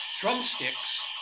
drumsticks